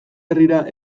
herrira